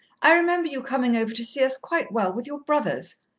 i remember you coming over to see us quite well, with your brothers.